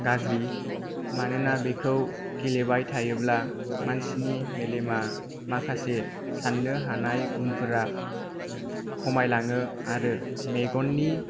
गाज्रि मानोना बेखौ गेलेबाय थायोब्ला मानसिनि मेलेमा माखासे सान्नो हानाय गुनफोरा खमायलाङो आरो मेगननि